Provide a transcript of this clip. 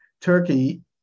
Turkey